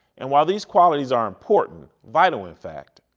and while these qualities are important, vital in fact,